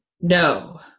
No